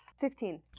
Fifteen